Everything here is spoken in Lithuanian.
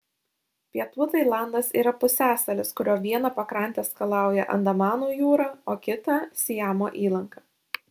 pietų tailandas yra pusiasalis kurio vieną pakrantę skalauja andamanų jūra o kitą siamo įlanka